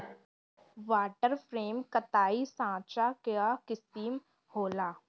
water frame कताई साँचा कअ किसिम होला